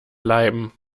bleiben